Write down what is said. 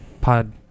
pod